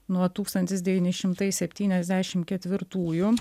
nuo tūkstantis devyni šimtai septyniasdešim ketvirtųjų